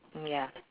ya